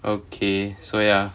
okay so ya